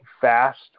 fast